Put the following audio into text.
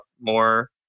more